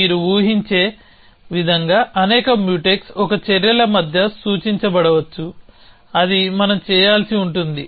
మీరు ఊహించే విధంగా అనేక మ్యూటెక్స్ ఒక చర్యల మధ్య సూచించబడవచ్చు అది మనం చేయాల్సి ఉంటుంది